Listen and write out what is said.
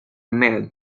mailed